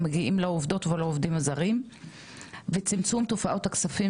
וצמצום תופעות הכספים שלא נדרשו כעבור שבע שנים.